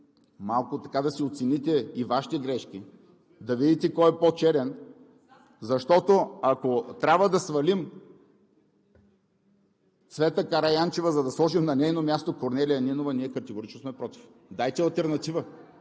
малко да си оцените и Вашите грешки, да видите кой е по-черен. Защото, ако трябва да свалим Цвета Караянчева, за да сложим на нейно място Корнелия Нинова, ние категорично сме против. Дайте алтернатива!